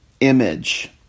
image